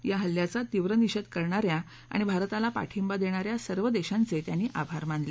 या हल्ल्याचा तीव्र निषेध करणाऱ्या आणि भारताला पाठिंबा देणाऱ्या सर्व देशांचे त्यांनी आभार मानले